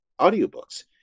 audiobooks